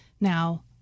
Now